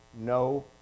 no